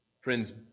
Friends